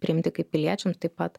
priimti kaip piliečiams taip pat